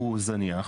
הוא זניח,